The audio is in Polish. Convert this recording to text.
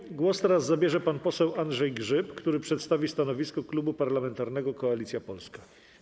Teraz głos zabierze pan poseł Andrzej Grzyb, który przedstawi stanowisko Klubu Parlamentarnego Koalicja Polska.